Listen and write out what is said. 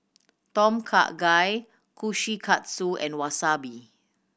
Tom Kha Gai Kushikatsu and Wasabi